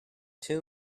two